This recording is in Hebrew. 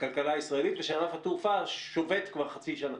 לכלכלה הישראלית, ושענף התעופה שובת כבר חצי שנה.